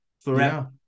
forever